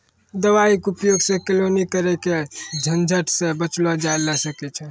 दवाई के उपयोग सॅ केलौनी करे के झंझट सॅ बचलो जाय ल सकै छै